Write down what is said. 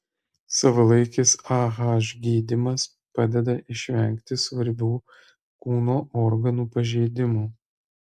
savalaikis ah gydymas padeda išvengti svarbių kūno organų pažeidimų